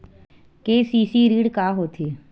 KCC ऋण का होथे?